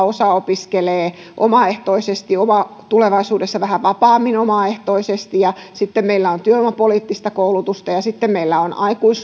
osa opiskelee omaehtoisesti tulevaisuudessa vähän vapaammin omaehtoisesti ja sitten meillä on työvoimapoliittista koulutusta ja sitten meillä on